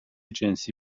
جنسی